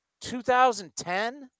2010